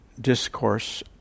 discourse